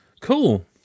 Cool